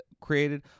created